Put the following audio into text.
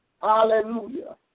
Hallelujah